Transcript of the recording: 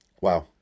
Wow